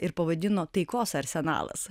ir pavadino taikos arsenalas